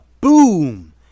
boom